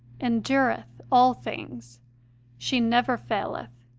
endureth all things she never faileth.